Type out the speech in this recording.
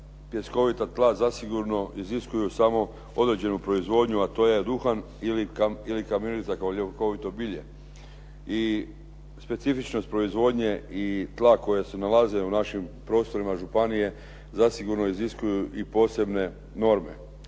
pjeskovita tla zasigurno iziskuju samo određenu proizvodnju, a to je duhan ili kamilica kao ljekovito bilje. I specifičnost proizvodnje i tla koja se nalaze u našim prostorima županije zasigurno iziskuju i posebne norme.